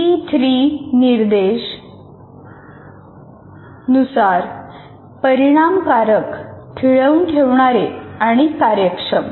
इ3 निर्देश परिणामकारक खिळवून ठेवणारे आणि कार्यक्षम